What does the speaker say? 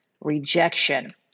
rejection